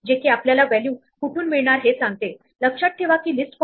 दुसऱ्या शब्दात push x सुरुवातीला करा